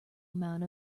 amount